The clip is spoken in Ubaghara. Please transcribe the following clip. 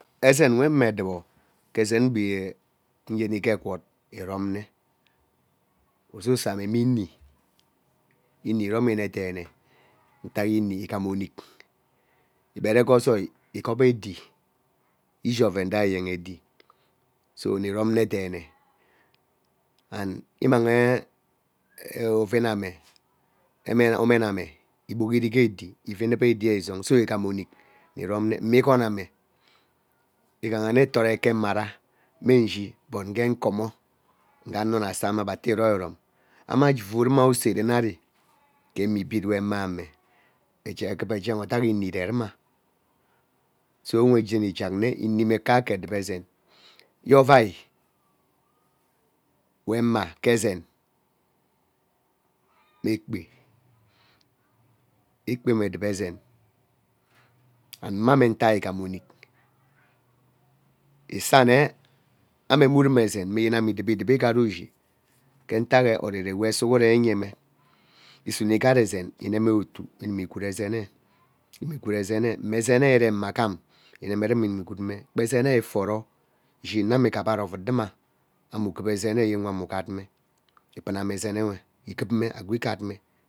Ezen we mme edube, gee ezen be eyemi gwood gee egwot irom mme ususome me eni, eni romini deene utak eni ighama ouik igbere gee ozoi igat edi ishi oren gee eyen edi so ini romne deene and imang oveweme omename igwori gee edi ivuu uivi edi izong igham ouile deene ima igoname ighame tore ike mmara mme ishi but age nkomo ugee ano same ebe ate iromirom ame avuu ruma userem ari gee ebu we mmema ejeck egeep odak eni irerume so nwe jeni ijack mma eni mme kaka eduboezen yo orai we mma ke ezea ekpe me edubo ezen and mmame gee utak ighama onik igham onik isaa nne ame mme urum ezen me yene eme idibe idibe ighat eze ke utak oriri we sughurem iyeme isune igat- ezen ineme otuo imuimi gwod ezene mune ezen ireme gham inere zuna ineme gwood me kpa ezene iforo ighara ovug zuma anne igup ezene yene aweeme igatme ibuuame ezen ewe iguipne agwee igat me.